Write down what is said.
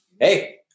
Hey